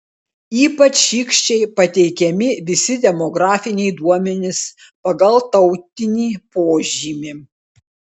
ypač šykščiai pateikiami visi demografiniai duomenys pagal tautinį požymį